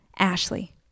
Ashley